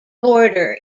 border